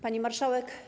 Pani Marszałek!